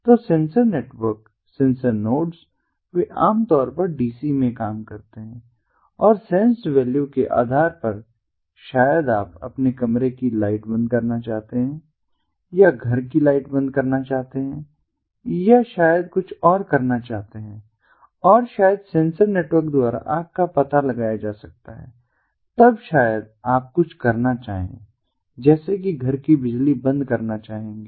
तो sensor network sensor nodes वे आम तौर पर DC में काम करते हैं और सेंस्ड वैल्यू के आधार पर शायद आप अपने कमरे की लाइट बंद करना चाहते हैं या घर की लाइट बंद करना चाहते हैं या शायद कुछ और करना चाहते हैं और शायद सेंसर नेटवर्क द्वारा आग का पता लगाया जा सकता है तब शायद आप कुछ करना चाहे जैसे कि घर की बिजली बंद करना चाहेंगे